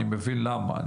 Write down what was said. אני מבין למה,